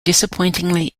disappointingly